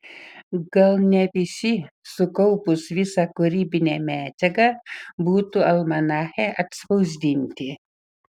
gal ne visi sukaupus visą kūrybinę medžiagą būtų almanache atspausdinti